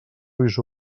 ulls